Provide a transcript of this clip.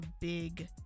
big